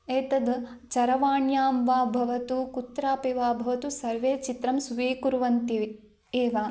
एतद् चरवाण्यां वा भवतु कुत्रापि वा भवतु सर्वे चित्रं स्वीकुर्वन्ति एव